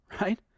right